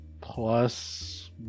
plus